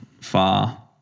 far